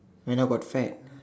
when I got fat